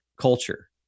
culture